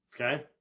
Okay